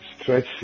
stretch